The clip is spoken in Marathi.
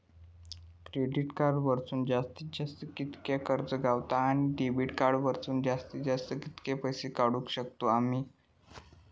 क्रेडिट कार्ड वरसून जास्तीत जास्त कितक्या कर्ज गावता, आणि डेबिट कार्ड वरसून जास्तीत जास्त कितके पैसे काढुक शकतू आम्ही?